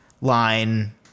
line